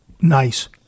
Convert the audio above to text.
Nice